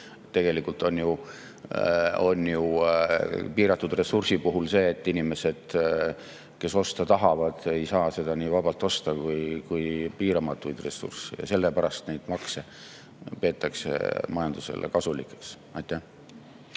Tegelikult on ju piiratud ressursi puhul [selge], et inimesed, kes seda osta tahavad, ei saa seda nii vabalt osta kui piiramatuid ressursse. Sellepärast neid makse peetakse majandusele kasulikuks. Aitäh!